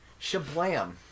shablam